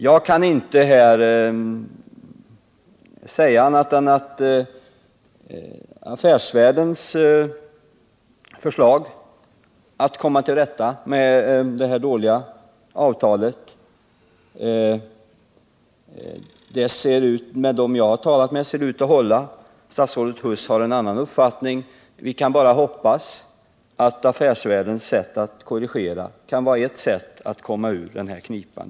Jag kan inte finna annat än att Affärsvärldens förslag att komma till rätta med det här avtalet ser ut att hålla. Det anser de som jag talat med. Statsrådet Huss har en annan uppfattning. Vi kan bara hoppas att Affärsvärldens förslag att korrigera misstagen kan vara ett sätt att komma ur den här knipan.